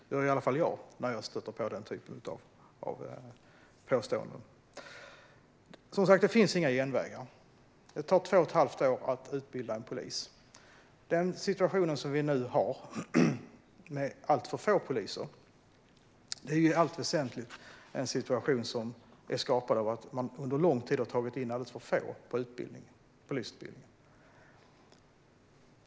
Det gör jag när jag stöter på den typen av påståenden. Det finns inga genvägar. Det tar två och ett halvt år att utbilda en polis. Den situation vi nu har med alltför få poliser är i allt väsentligt en situation som är skapad av att man under lång tid har tagit in alldeles för få på polisutbildningen.